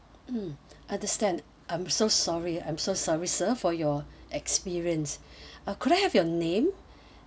mm understand I'm so sorry I'm so sorry sir for your experience uh could I have your name